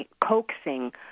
coaxing